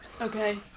okay